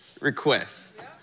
request